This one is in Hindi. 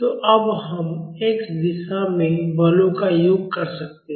तो अब हम x दिशा में बलों का योग कर सकते हैं